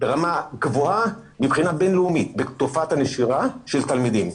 ברמה גבוהה מבחינה בין-לאומית בתופעת הנשירה של תלמידים.